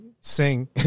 sing